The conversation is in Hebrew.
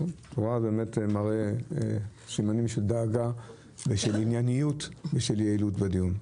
זה מראה סימנים של ענייניות ושל יעילות בדיון.